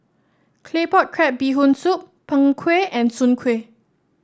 Claypot Crab Bee Hoon Soup Png Kueh and Soon Kuih